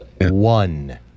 One